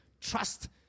Trust